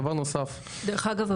דרך אגב,